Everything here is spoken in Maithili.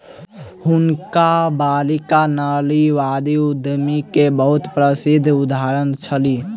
हुनकर बालिका नारीवादी उद्यमी के बहुत प्रसिद्ध उदाहरण छली